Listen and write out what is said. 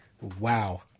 Wow